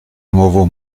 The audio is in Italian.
nuovo